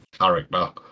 character